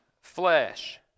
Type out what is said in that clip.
flesh